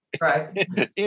Right